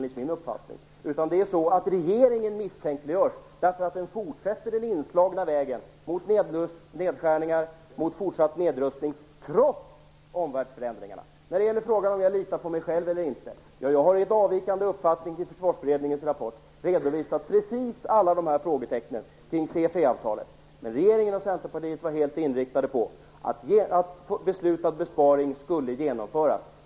Tvärtom är det så att regeringen misstänkliggörs därför att den fortsätter den inslagna vägen mot nedskärningar och fortsatt nedrustning trots omvärldsförändringarna. Britt Bohlin frågade om jag litar på mig själv eller inte. Jag har i en avvikande uppfattning till Försvarsberedningens rapport redovisat precis alla dessa frågetecken kring CFE-avtalet. Men regeringen och Centerpartiet har varit helt inriktade på att beslutet om besparing skulle genomföras.